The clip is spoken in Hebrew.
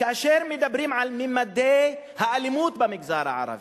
כאשר מדברים על ממדי האלימות במגזר הערבי,